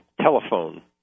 telephone